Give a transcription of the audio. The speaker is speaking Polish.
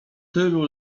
tylu